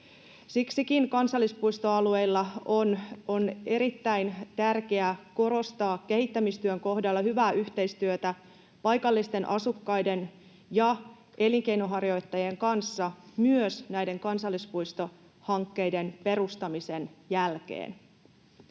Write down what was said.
Siksikin kansallispuistoalueilla on erittäin tärkeää korostaa kehittämistyön kohdalla hyvää yhteistyötä paikallisten asukkaiden ja elinkeinonharjoittajien kanssa myös näiden kansallispuistohankkeiden perustamisen jälkeen.